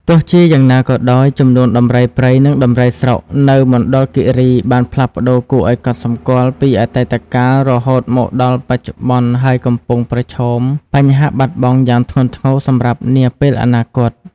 ទោះជាយ៉ាងណាក៏ដោយ ចំនួនដំរីព្រៃនិងដំរីស្រុកនៅមណ្ឌលគិរីបានផ្លាស់ប្តូរគួរឱ្យកត់សម្គាល់ពីអតីតកាលរហូតមកដល់បច្ចុប្បន្ន ហើយកំពុងប្រឈមបញ្ហាបាត់បង់យ៉ាងធ្ងន់ធ្ងរសម្រាប់នាពេលអនាគត។